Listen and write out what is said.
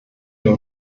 der